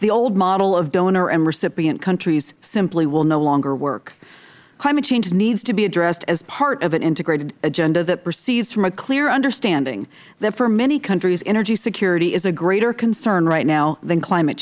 the old model of donor and recipient countries simply will no longer work climate change needs to be addressed as part of an integrated agenda that proceeds from a clear understanding that for many countries energy security is a greater concern right now than climate